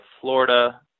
Florida